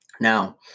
Now